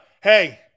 Hey